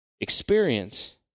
experience